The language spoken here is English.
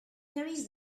carries